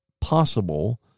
possible